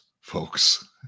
folks